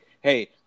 hey